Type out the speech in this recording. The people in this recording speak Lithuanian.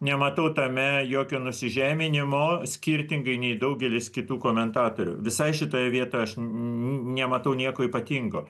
nematau tame jokio nusižeminimo skirtingai nei daugelis kitų komentatorių visai šitoje vietoje aš nematau nieko ypatingo